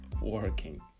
working